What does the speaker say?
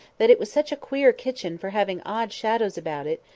that it was such a queer kitchen for having odd shadows about it,